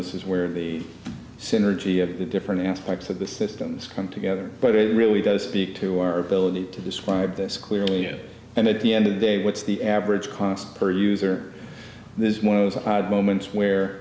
this is where the synergy of the different aspects of the systems come together but it really does speak to our ability to describe this clearly and at the end of the day what's the average cost per user this is one of those moments where